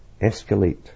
escalate